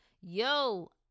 Yo